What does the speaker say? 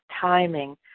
Timing